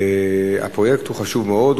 הפרויקט חשוב מאוד,